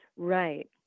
right